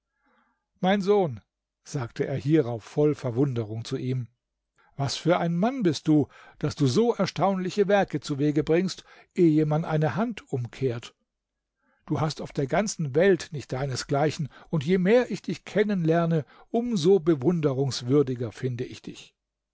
mein sohn sagte er hierauf voll verwunderung zu ihm was für ein mann bist du daß du so erstaunliche werke zuwege bringst ehe man eine hand umkehrt du hast auf der ganzen welt nicht deinesgleichen und je mehr ich dich kennenlerne um so bewunderungswürdiger finde ich dich